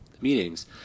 meetings